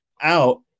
out